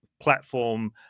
platform